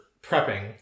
prepping